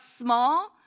small